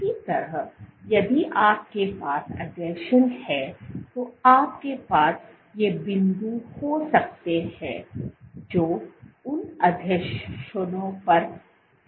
इसी तरह यदि आपके पास आसंजन है तो आपके पास ये बिंदु हो सकते हैं जो उन आसंजनों पर संरेखित होते हैं